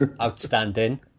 Outstanding